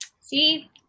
see